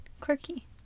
quirky